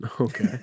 Okay